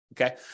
Okay